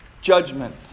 judgment